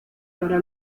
flora